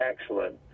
excellent